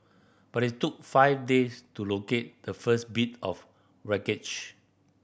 but it took five days to locate the first bit of wreckage